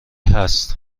هست